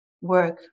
work